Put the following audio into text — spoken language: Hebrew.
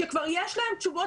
שכבר יש להם תשובות,